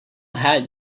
hat